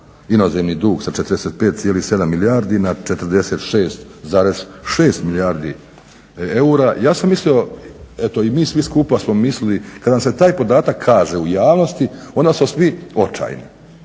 inozemni dug sa 45,7 milijardi na 46, 6 milijardi eura. Ja sam mislio, eto i mi svi skupa smo mislili kad nam se taj podatak kaže u javnosti onda smo svi očajni.